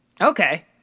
Okay